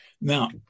Now